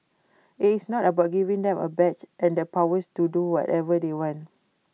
IT is not about giving them A badge and the powers to do whatever they want